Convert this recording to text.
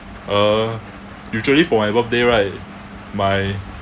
uh usually for my birthday right my